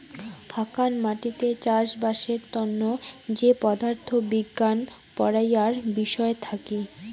হাকান মাটিতে চাষবাসের তন্ন যে পদার্থ বিজ্ঞান পড়াইয়ার বিষয় থাকি